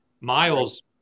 Miles